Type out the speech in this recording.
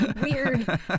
weird